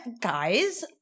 guys